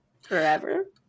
Forever